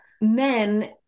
men